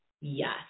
yes